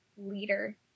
leader